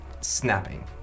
snapping